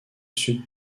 sud